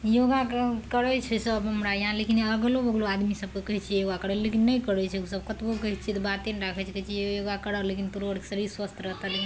योगा करय छै सब हमरा हियाँ लेकिन अगलो बगल आदमी सबके कहय छियै योगा करय लए लेकिन नहि करय छै उसब कतबो कहय छियै तऽ बाते नहि राखय छै कहय छै योगा करऽ लेकिन तोरो अरके शरीर स्वस्थ रहतऽ लेकिन